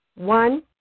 One